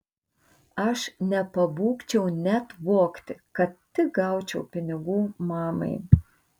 aš nepabūgčiau net vogti kad tik gaučiau pinigų mamai